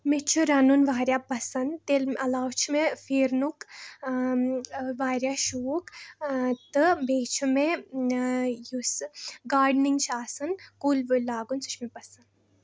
مےٚ چھُ رَنُن واریاہ پَسنٛد تیٚلہِ علاوٕ چھُ مےٚ پھیٖرنُک واریاہ شوق تہٕ بیٚیہِ چھُ مےٚ یُس گاڈنِنٛگ چھِ آسَن کُلۍ وُلۍ لاگُن سُہ چھُ مےٚ پَسنٛد